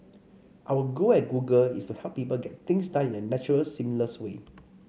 our goal at Google is to help people get things done in a natural seamless way